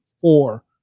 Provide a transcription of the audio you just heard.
four